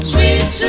Sweet